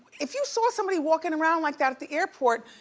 if you saw somebody walking around like that at the airport,